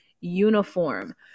uniform